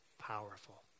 powerful